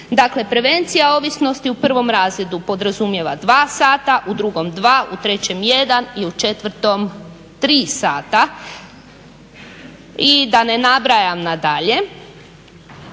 Dakle prevencija ovisnosti u prvom razredu podrazumijeva dva sata, u drugom dva, u trećem jedan, i u četvrtom tri sata, i da ne nabrajam na dalje.